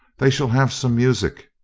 they shall have some music,